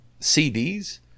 CDs